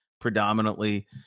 predominantly